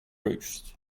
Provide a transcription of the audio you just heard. roost